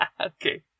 Okay